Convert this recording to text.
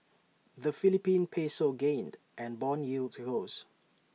the Philippine Peso gained and Bond yields rose